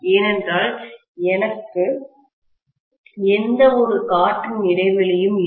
ஏனென்றால் எனக்கு எந்த ஒரு காற்றின் இடைவெளியும் இல்லை